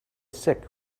sick